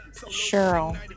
Cheryl